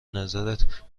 نظرت